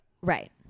Right